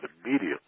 immediately